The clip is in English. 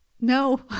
No